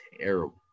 terrible